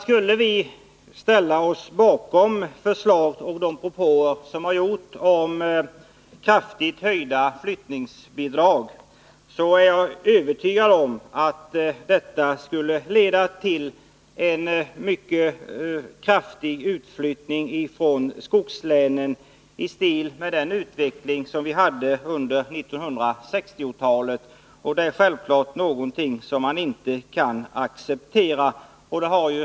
Skulle vi ställa oss bakom de förslag och propåer som har gjorts om kraftigt höjda flyttningsbidrag, är jag övertygad om att det skulle leda till en mycket stor utflyttning från skogslänen i stil med den utveckling som vi hade på 1960-talet. Det kan vi givetvis inte acceptera.